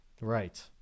Right